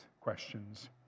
questions